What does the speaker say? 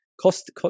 cost